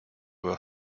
will